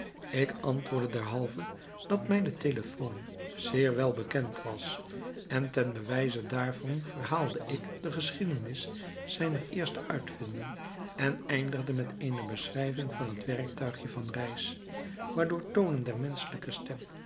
ik antwoordde derhalve dat mij de telephone zeer wel bekend was en ten bewijze daarvan verhaalde ik de geschiedenis zijner eerste uitvinding en eindigde met eene beschrijving van het werktuigje van reis waardoor toonen der menschelijke stem